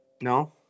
No